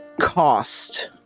cost